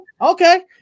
okay